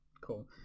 cool